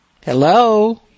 Hello